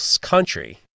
country